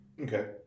okay